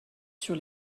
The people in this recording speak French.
sur